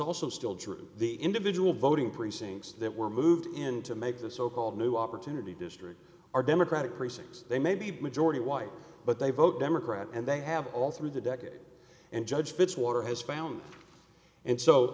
also still true the individual voting precincts that were moved in to make this so called new opportunity district are democratic precincts they may be majority white but they vote democrat and they have all through the decade and judge fitzwater has found and so